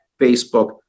Facebook